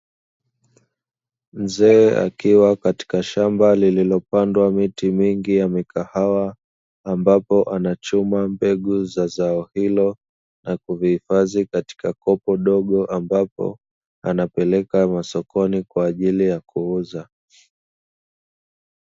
Mzee akiwa katika shamba lilopandwa miti mingi ya mikahawa, ambapo anachuma mbegu za zao hilo na kuvihifadhi katika kopo dogo, ambapo anapeleka masokoni kwa ajili ya kuuza.